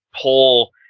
pull